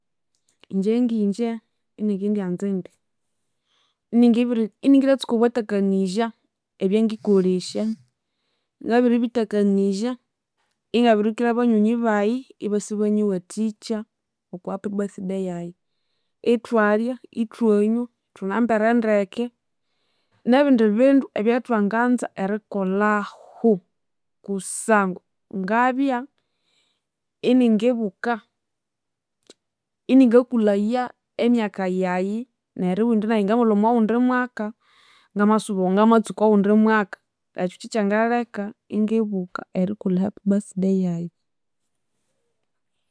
Ingye ngingye iningindyanza indya iningibwiri iningithatsuka eritakanizya ebyangikolesya ngabiribithakanizya ingabirikira banyoni bayi ibasa ibanyiwathikya okwa happy birthday yayi. Ithwalya ithwanywa thunambere ndeke nebindi bindu ebyathwanganza erikolhahu kusangwa ngabya iningibuka iningakulhaya emyaka yayi neribundi nayi namalwa omwawundi mwaka ngamasuba ngamatsuka owundi mwaka. Ekyu kyekyangaleka ingibuka erikolha a happy birthday yayi